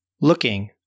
looking